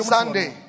Sunday